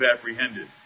apprehended